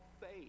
faith